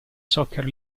soccer